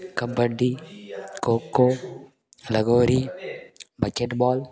kabaddi kho kho lagori basketball